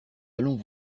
allons